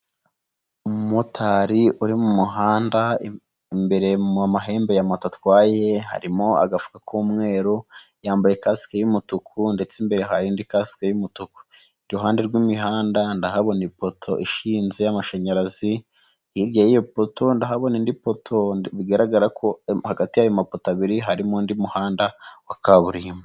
Umumotari uri mu muhanda, imbere mu mahembe ya moto atwaye harimo agafuka k'umweru, yambaye kasike y'umutuku ndetse imbere hari indi kasike y'umutuku, iruhande rw'imihanda ndahabona ipoto ishinze y'amashanyarazi, hirya y'iyo poto ndahabona indi poto bigaragara ko hagati y'ayo mapoto abiri harimo undi muhanda wa kaburimbo.